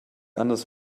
anders